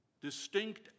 distinct